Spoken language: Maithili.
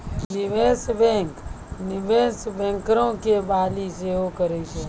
निवेशे बैंक, निवेश बैंकरो के बहाली सेहो करै छै